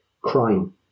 crime